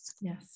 Yes